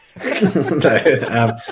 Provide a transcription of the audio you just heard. No